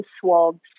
swabs